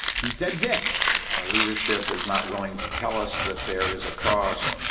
he said this our leadership is not willing to tell us that there is a cost.